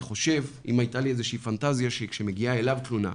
אם היתה לי איזושהי פנטזיה שכאשר מגיעה אליו תלונה,